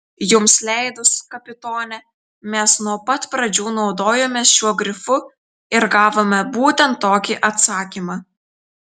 jums leidus kapitone mes nuo pat pradžių naudojomės šiuo grifu ir gavome būtent tokį atsakymą